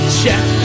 check